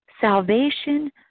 salvation